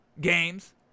Games